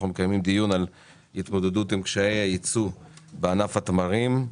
אנחנו מקיימים דיון על התמודדות עם קשיי הייצוא בענף התמרים.